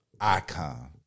icon